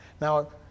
Now